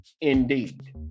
Indeed